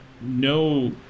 no